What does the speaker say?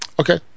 Okay